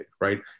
right